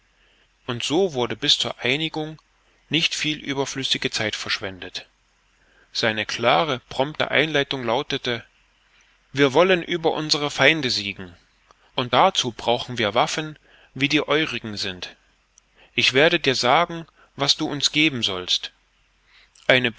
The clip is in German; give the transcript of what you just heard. und so wurde bis zur einigung nicht viel überflüssige zeit verschwendet seine klare prompte einleitung lautete wir wollen über unsere feinde siegen und dazu brauchen wir waffen wie die euerigen sind ich werde dir sagen was du uns geben sollst eine